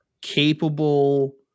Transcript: capable